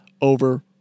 over